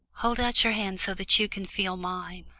hold out your hand so that you can feel mine.